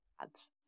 ads